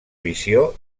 visió